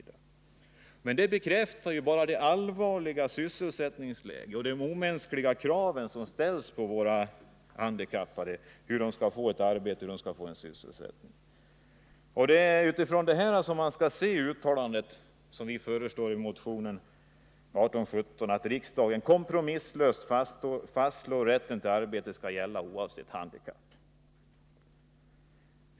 Detta bekräftar bara det allvarliga sysselsättningsläget och de omänskliga krav som ställs på våra handikappade för att de skall kunna få arbete och sysselsättning. Det är utifrån detta som det uttalande bör ses som vi föreslår i motion 1817, att riksdagen kompromisslöst fastslår att rätten till arbete för alla skall gälla oavsett handikapp.